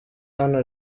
hano